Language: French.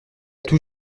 tout